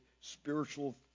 spiritual